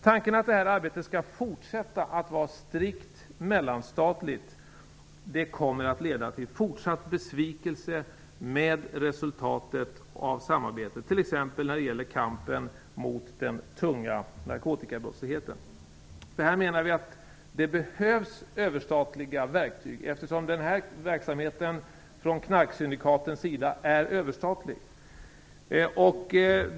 Tanken att det här arbetet skall fortsätta att vara strikt mellanstatligt kommer att leda till fortsatt besvikelse över resultatet av samarbetet, t.ex. när det gäller kampen mot den tunga narkotikabrottsligheten. Där menar vi att det behövs överstatliga verktyg eftersom knarksyndikatens verksamhet är överstatlig.